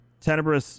Tenebris